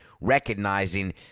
recognizing